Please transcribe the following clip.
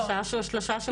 שלושה שמות.